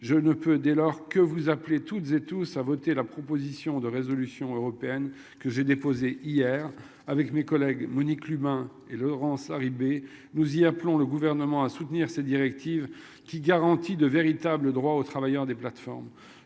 je ne peux dès lors que vous appelez toutes et tous à voter la proposition de résolution européenne que j'ai déposé hier avec mes collègues Monique Lubin et Laurence Harribey nous y'appelons le gouvernement à soutenir ces directives qui garantit de véritables droits aux travailleurs des plateformes.